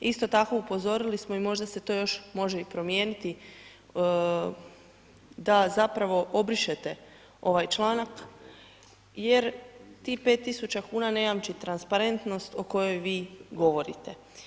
Isto tako upozorili smo i možda se to još može i promijeniti, da zapravo obrišete ovaj članak, jer tih 5000 kn, ne jamči transparentnost o kojoj vi govorite.